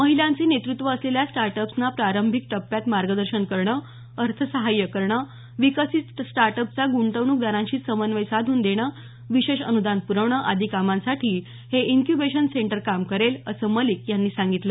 महिलांचे नेतृत्व असलेल्या स्टार्टअप्सना प्रारंभिक टप्प्यात मार्गदर्शन करणं अर्थसहाय्य करणं विकसित स्टार्टअप्सचा ग्रंतवणूकदारांशी समन्वय साधून देणं विशेष अनुदान प्रवणं आदी कामांसाठी हे इन्क्युबेशन सेंटर काम करेल असं मलिक यांनी सांगितलं